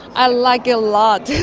i like it a lot.